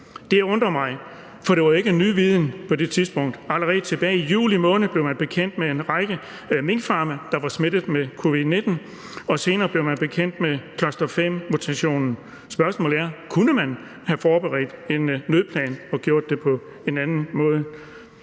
Det undrer mig, for det var jo ikke på det tidspunkt ny viden. Allerede tilbage i juli måned blev man bekendt med en række minkfarme, der var smittet med covid-19, og senere blev man bekendt med cluster-5-mutationen. Spørgsmålet er, om man kunne have forberedt en nødplan og have gjort det på en anden måde.